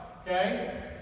okay